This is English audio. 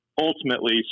ultimately